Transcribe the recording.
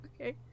okay